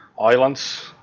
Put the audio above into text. islands